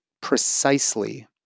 precisely